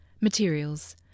Materials